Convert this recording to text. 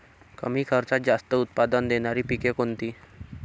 कमी खर्चात जास्त उत्पाद देणारी पिके कोणती?